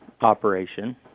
operation